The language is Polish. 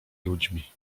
ludźmi